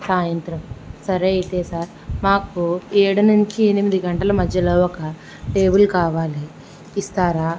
సాయంత్రం సరే అయితే సార్ మాకు ఏడు నుంచి ఎనిమిది గంటల మధ్యలో ఒక టేబుల్ కావాలి ఇస్తారా